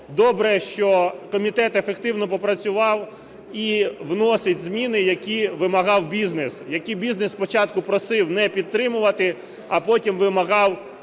добре, що комітет ефективно попрацював і вносить зміни, які вимагав бізнес, які бізнес спочатку просив не підтримувати, а потім вимагав